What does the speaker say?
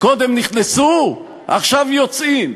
קודם נכנסו, עכשיו יוצאים.